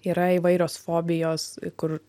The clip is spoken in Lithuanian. yra įvairios fobijos kur